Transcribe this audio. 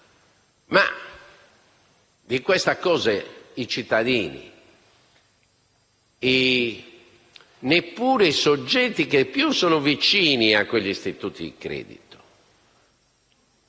di ciò i cittadini e neppure i soggetti che più sono vicini a quegli istituti di credito,